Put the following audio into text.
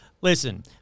Listen